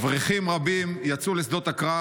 אברכים רבים עזבו את ספסלי הישיבה ויצאו לשדות הקרב,